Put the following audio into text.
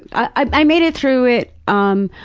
i i made it through it um,